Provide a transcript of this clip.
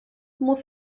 muss